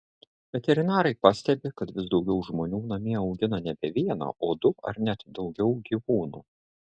veterinarai pastebi kad vis daugiau žmonių namie augina nebe vieną o du ar net daugiau gyvūnų